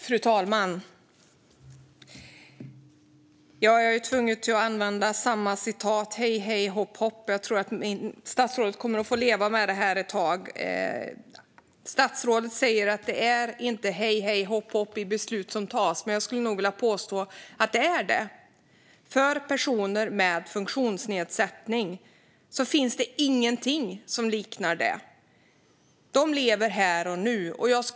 Fru talman! Jag blir nog tvungen att använda samma hej, hej, hopp, hopp, och jag tror att statsrådet kommer att få leva med det ett tag. Statsrådet säger att det inte är hej, hej, hopp, hopp i de beslut som tas, men jag skulle vilja påstå att det är det. För personer med funktionsnedsättning finns det inget som liknar det; de lever här och nu.